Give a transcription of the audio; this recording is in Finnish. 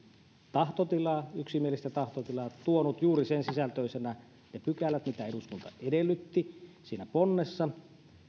tahtotilaa yksimielistä tahtotilaa tuonut juuri sen sisältöisenä ne pykälät mitä eduskunta edellytti siinä ponnnessa